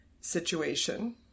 situation